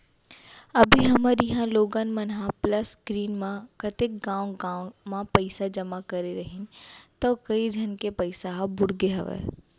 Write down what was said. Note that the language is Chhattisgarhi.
अभी हमर इहॉं लोगन मन ह प्लस ग्रीन म कतेक गॉंव गॉंव म पइसा जमा करे रहिन तौ कइ झन के पइसा ह बुड़गे हवय